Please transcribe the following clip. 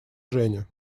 женя